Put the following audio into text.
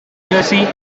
jersey